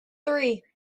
three